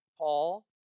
Paul